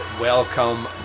welcome